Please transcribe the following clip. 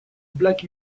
black